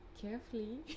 carefully